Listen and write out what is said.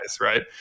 right